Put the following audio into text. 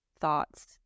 thoughts